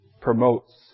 promotes